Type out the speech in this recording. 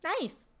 Nice